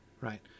right